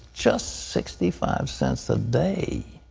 just sixty five cents a day.